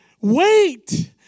wait